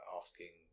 asking